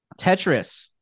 Tetris